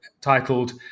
titled